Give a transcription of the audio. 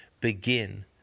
begin